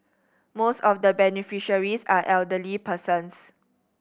most of the beneficiaries are elderly persons